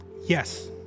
Yes